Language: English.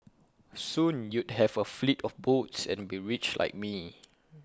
soon you'd have A fleet of boats and be rich like me